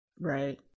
Right